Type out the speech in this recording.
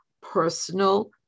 personal